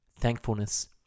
Thankfulness